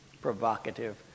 provocative